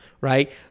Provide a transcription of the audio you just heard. right